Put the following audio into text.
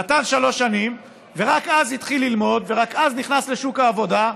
נתן שלוש שנים ורק אז התחיל ללמוד ורק אז נכנס לשוק העבודה.